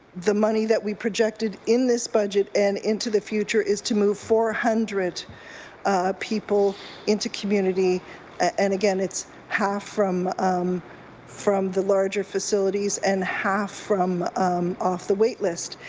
the money that we projected in this budget and into the future is to move four hundred people into community and, again, it's passed from um from the larger facilities and half from off the wait list.